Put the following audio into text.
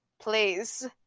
Please